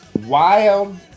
wild